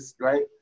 right